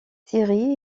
siri